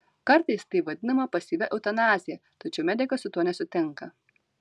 kartais tai vadinama pasyvia eutanazija tačiau medikas su tuo nesutinka